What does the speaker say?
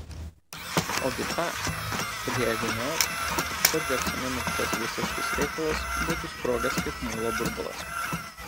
ogi tą kad jeigu ne aš po džeksono mirties visas šis reikalas būtų sprogęs kaip muilo burbulas